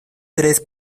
tres